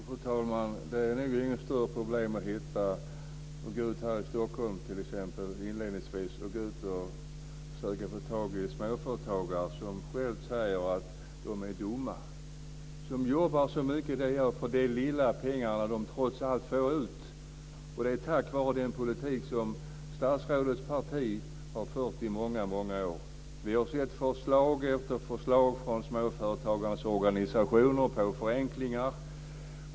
Fru talman! Det är nog inget större problem att t.ex. här i Stockholm hitta småföretagare som själva säger att de är dumma som jobbar så mycket som de gör för så lite pengar som de trots allt får ut. Och det är på grund av den politik som statsrådets parti har fört i många år. Vi har sett förslag efter förslag från småföretagarnas organisationer om förenklingar.